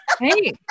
hey